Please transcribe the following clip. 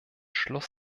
schluss